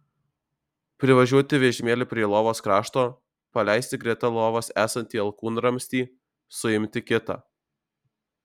privažiuoti vežimėliu prie lovos krašto paleisti greta lovos esantį alkūnramstį suimti kitą